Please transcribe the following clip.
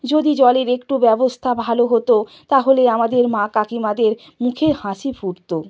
যদি জলের একটু ব্যবস্থা ভালো হতো তাহলে আমাদের মা কাকিমাদের মুখে হাসি ফুটত